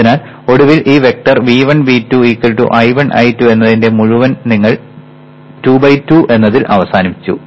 അതിനാൽ ഒടുവിൽ ഈ vector V1 V2 I1 I2 എന്നതിന്റെ മുഴുവൻ നിങ്ങൾ 2 ബൈ 2 എന്നതിൽ അവസാനിച്ചു